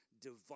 divine